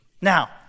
now